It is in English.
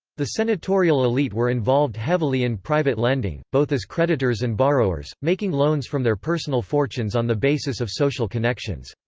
the senatorial elite were involved heavily in private lending, both as creditors and borrowers, making loans from their personal fortunes on the basis of social connections.